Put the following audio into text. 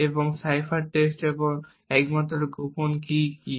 এবং cipher text এবং একমাত্র গোপন কী